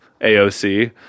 AOC